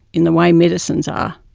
in the way medicines are.